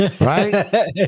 Right